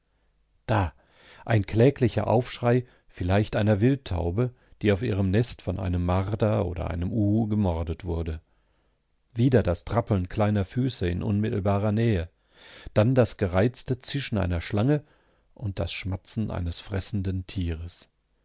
da ein kläglicher aufschrei vielleicht einer wildtaube die auf ihrem nest von einem marder oder einem uhu gemordet wurde wieder das trappeln kleiner füße in unmittelbarer nähe dann das gereizte zischen einer schlange und das schmatzen eines fressenden tieres